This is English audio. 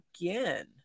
again